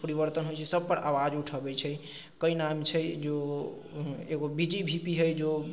परिवर्तन होइत छै सबपर आवाज उठबैत छै कइ नाम छै जो एगो बि जी भी पी हइ जो